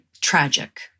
tragic